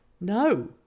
No